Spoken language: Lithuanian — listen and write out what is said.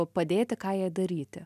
padėti ką jai daryti